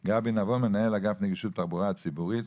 מנהל אגף נגישות בתחבורה הציבורית,